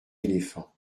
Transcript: éléphant